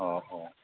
ꯑꯣ ꯑꯣ